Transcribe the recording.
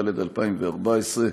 התשע"ד 2014,